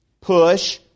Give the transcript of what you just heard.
push